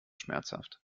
schmerzhaft